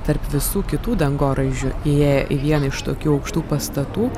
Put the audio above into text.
tarp visų kitų dangoraižių įėję į vieną iš tokių aukštų pastatų